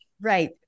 Right